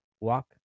walk